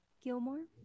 Gilmore